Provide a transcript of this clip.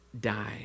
die